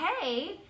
hey